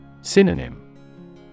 Synonym